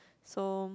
so